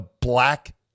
black